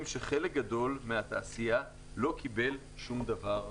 שחלק גדול מהתעשייה לא קיבל שום דבר מהממשלה.